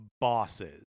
bosses